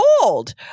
cold